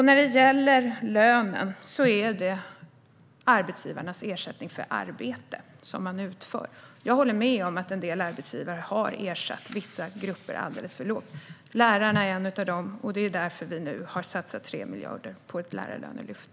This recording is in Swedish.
När det gäller lönen är det arbetsgivarens ersättning för arbete som utförs. Jag håller med om att en del arbetsgivare har ersatt vissa grupper alldeles för lågt. Lärarna är en av de grupperna, och det är därför vi nu har satsat 3 miljarder på ett lärarlönelyft.